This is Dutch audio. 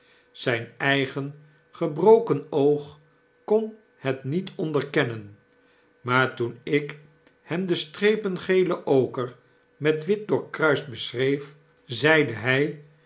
zyn eigen gebroken oog kon het niet onderkennen maar toen ik hem de strepen gele oker met wit doorkruist beschreef zeide hy